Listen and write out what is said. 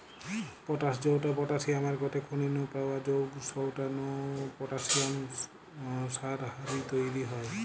potash জউটা পটাশিয়ামের গটে খনি নু পাওয়া জউগ সউটা নু পটাশিয়াম সার হারি তইরি হয়